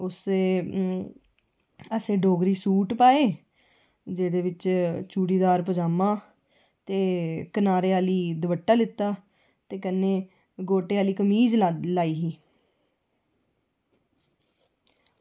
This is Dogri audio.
उत्थै असें डोगरी सूट पाए जेह्दे बिच चूड़ीदार पज़ामा ते कनारी आह्ला दपट्टा लैता ते कन्नै गोह्टे आह्ली कमीज़ लाई ही